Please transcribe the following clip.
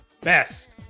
best